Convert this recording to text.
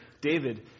David